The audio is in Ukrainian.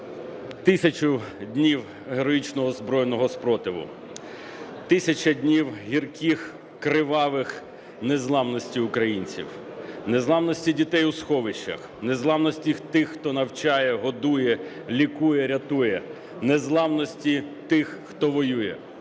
1000 днів героїчного збройного супротиву, 1000 днів, гірких, кривавих, незламності українців: незламності дітей у сховищах, незламності тих, хто навчає, годує, лікує, рятує; незламності тих, хто воює.